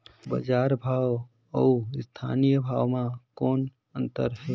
बजार भाव अउ स्थानीय भाव म कौन अन्तर हे?